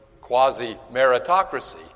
quasi-meritocracy